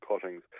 cuttings